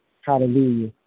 Hallelujah